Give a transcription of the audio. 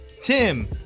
Tim